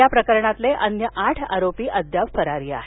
या प्रकरणातील अन्य आठ आरोपी अद्याप फरार आहेत